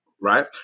right